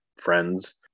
friends